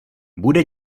bude